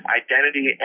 identity